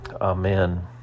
Amen